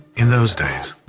in those days,